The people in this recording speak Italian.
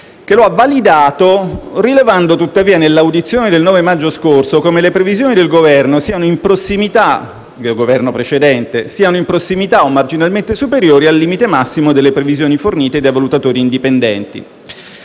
che lo ha validato rilevando tuttavia nell'audizione del 9 maggio scorso come le previsioni del Governo precedente siano «in prossimità» o «marginalmente superiori» al limite massimo delle previsioni fornite dai valutatori indipendenti.